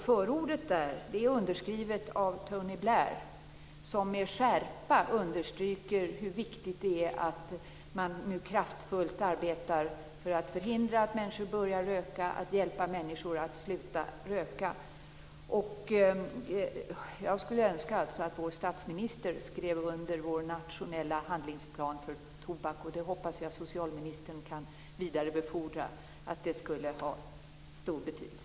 Förordet där är underskrivet av Tony Blair, som med skärpa understryker hur viktigt det är att man nu kraftfullt arbetar för att förhindra att människor börjar röka och för att hjälpa människor att sluta röka. Jag skulle alltså önska att vår statsminister skrev under vår nationella handlingsplan för tobak, och det hoppas jag att socialministern kan vidarebefordra. Det skulle ha stor betydelse.